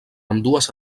ambdues